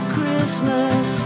Christmas